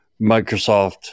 Microsoft